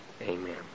Amen